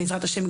בעזרת השם,